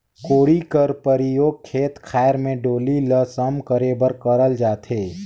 कोड़ी कर परियोग खेत खाएर मे डोली ल सम करे बर करल जाथे